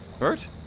Bert